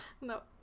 No